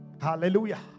Hallelujah